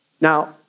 Now